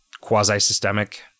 Quasi-systemic